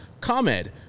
ComEd